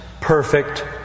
perfect